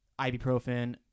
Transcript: ibuprofen